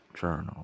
Journal